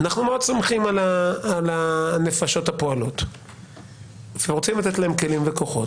אנחנו מאוד סומכים על הנפשות הפועלות ורוצים לתת להם כלים וכוחות.